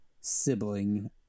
sibling